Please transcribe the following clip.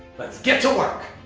let's get to work!